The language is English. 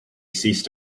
ceased